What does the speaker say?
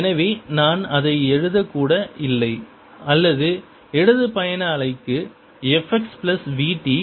எனவே நான் அதை எழுத கூட இல்லை அல்லது இடது பயண அலைக்கு f x plus v t